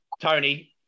Tony